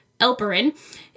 Elperin